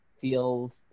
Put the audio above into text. feels